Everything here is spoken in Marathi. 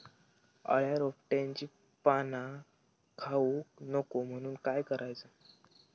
अळ्या रोपट्यांची पाना खाऊक नको म्हणून काय करायचा?